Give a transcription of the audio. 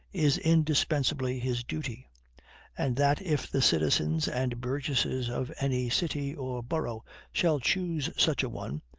is indispensably his duty and that, if the citizens and burgesses of any city or borough shall choose such a one,